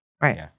Right